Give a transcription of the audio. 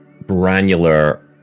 granular